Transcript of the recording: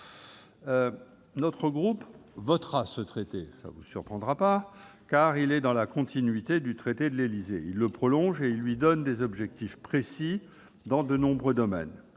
notre groupe votera ce traité, qui est dans la continuité du traité de l'Élysée. Il le prolonge et lui donne des objectifs précis dans de nombreux domaines.